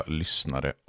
lyssnare